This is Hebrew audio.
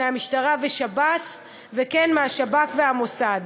מהמשטרה ושב"ס, וכן מהשב"כ והמוסד.